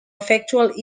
factual